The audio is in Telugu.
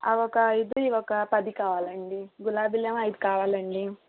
ఒక ఇది ఒక పది కావాలండి గులాబీలేమో అయిదు కావాలండి